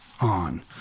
on